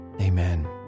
amen